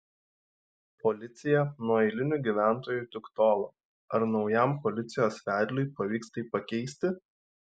policija nuo eilinių gyventojų tik tolo ar naujam policijos vedliui pavyks tai pakeisti